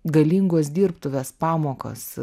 galingos dirbtuvės pamokos